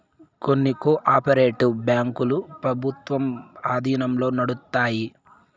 కొన్ని cooperative బ్యాంకులు ప్రభుత్వం ఆధీనంలో నడుత్తాయి